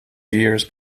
years